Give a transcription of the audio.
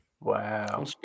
Wow